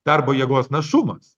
darbo jėgos našumas